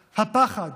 הפחד,